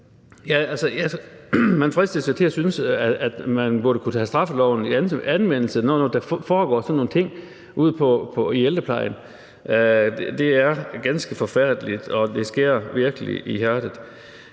Man fristes jo til at synes, at man burde kunne tage straffeloven i anvendelse, når der foregår sådan nogle ting ude i ældreplejen. Det er ganske forfærdeligt, og det skærer virkelig i hjertet.